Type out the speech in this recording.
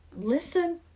listen